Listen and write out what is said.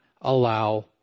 allow